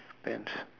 pants